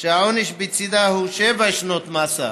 העונש בצידה הוא שבע שנות מאסר,